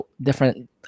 different